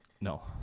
No